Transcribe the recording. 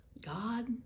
God